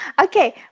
Okay